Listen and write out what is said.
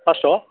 पास्स'